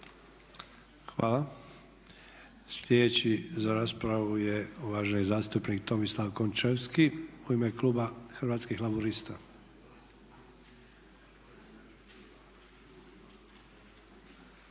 Hvala. Sljedeći za raspravu je uvaženi zastupnik Tomislav Končevski, u ime kluba Hrvatskih laburista.